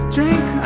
Drink